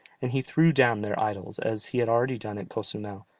and he threw down their idols, as he had already done at cozumel,